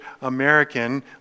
American